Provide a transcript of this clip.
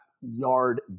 yard